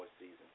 season